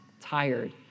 tired